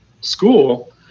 school